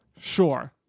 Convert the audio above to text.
Sure